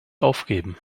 aufgeben